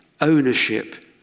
ownership